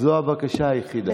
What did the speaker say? זו הבקשה היחידה.